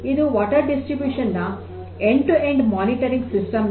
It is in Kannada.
ಇದು ನೀರಿನ ವಿತರಣೆಯ ಎಂಡ್ ಟು ಎಂಡ್ ಮೇಲ್ವಿಚಾರಣೆಯ ಸಿಸ್ಟಮ್